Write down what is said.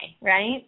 right